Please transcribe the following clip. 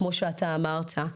כמו שאתה אמרת.